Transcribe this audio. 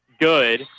Good